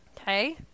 Okay